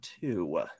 two